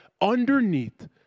underneath